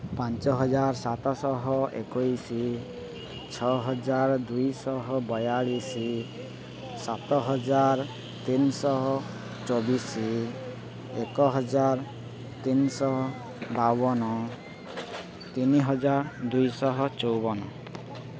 ପାଞ୍ଚ ହଜାର ସାତଶହ ଏକୋଇଶ ଛଅ ହଜାର ଦୁଇଶହ ବୟାଳିଶ ସାତ ହଜାର ତିନିଶହ ଚବିଶ ଏକ ହଜାର ତିନିଶହ ବାବନ ତିନିହଜାର ଦୁଇଶହ ଚଉବନ